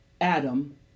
Adam